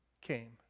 came